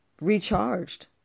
Recharged